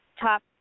Top